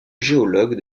géologue